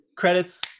Credits